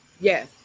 Yes